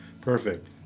perfect